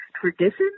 tradition